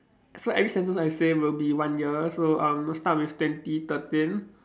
so every sentence I say will be one year so um I'll start with twenty thirteen